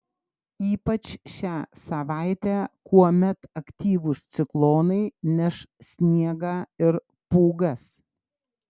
ypač šią savaitę kuomet aktyvūs ciklonai neš sniegą ir pūgas